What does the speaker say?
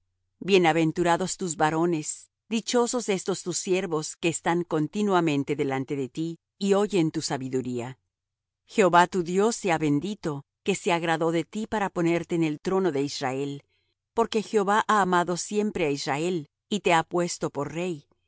bienaventurados tus varones dichosos estos tus siervos que están continuamente delante de ti y oyen tu sabiduría jehová tu dios sea bendito que se agradó de ti para ponerte en el trono de israel porque jehová ha amado siempre á israel y te ha puesto por rey